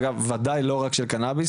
אגב ודאי לא רק של קנאביס,